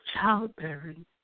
childbearing